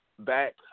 back